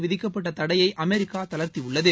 விதிக்கப்பட்ட தடையை அமெரிக்கா தளர்த்தியுள்ளது